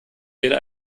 jeder